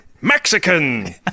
Mexican